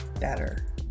better